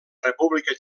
república